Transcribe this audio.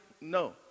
No